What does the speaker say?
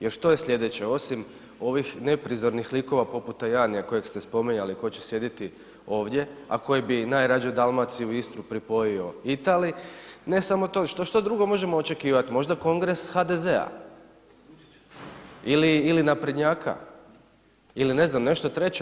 Jer što je slijedeće osim ovih neprizornih likova poput Tajanija kojeg ste spominjali tko će sjediti ovdje, a koji bi najrađe Dalmaciju i Istru pripojio Italiji, ne samo to, što drugo možemo očekivati, možda kongres HDZ-a ili naprednjaka ili ne znam nešto treće.